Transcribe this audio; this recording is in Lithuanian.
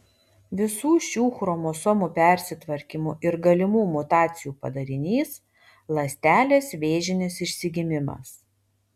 visų šių chromosomų persitvarkymų ir galimų mutacijų padarinys ląstelės vėžinis išsigimimas